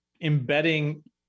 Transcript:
embedding